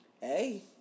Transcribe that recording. Hey